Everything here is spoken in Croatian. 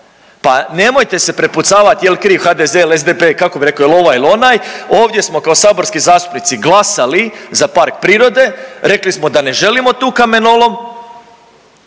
Pa nemojte se prepucavati jel kriv HDZ ili SDP kako bi rekao jel ovaj ili onaj, ovdje smo kao saborski zastupnici glasali za park prirode, rekli smo da ne želimo tu kamenolom